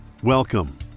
Welcome